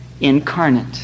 incarnate